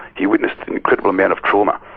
he witnessed an incredible amount of trauma,